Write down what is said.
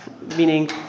Meaning